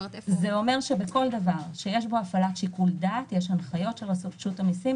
זה אומר שבכל דבר שיש בו הפעלת שיקול דעת יש הנחיות של רשות המיסים.